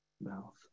mouth